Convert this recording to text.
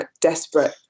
desperate